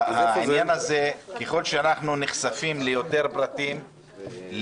ככל שאנחנו נחשפים ליותר פרטים,